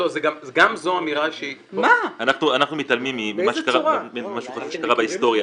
אנחנו מתעלמים ממשהו חשוב שקרה בהיסטוריה.